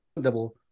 double